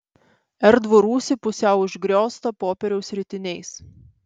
erdvų rūsį pusiau užgrioztą popieriaus ritiniais